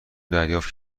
دریافت